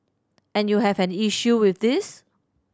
and you have an issue with this